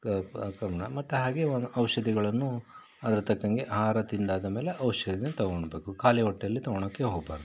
ಕ ಪ ಮತ್ತೆ ಹಾಗೆ ಔಷಧಿಗಳನ್ನು ಅದರ ತಕ್ಕಂಗೆ ಆಹಾರ ತಿಂದಾದಮೇಲೆ ಔಷಧಿನ ತಗೊಳ್ಬೇಕು ಖಾಲಿ ಹೊಟ್ಟೆಯಲ್ಲಿ ತಗೊಳಕ್ಕೆ ಹೋಗಬಾರ್ದು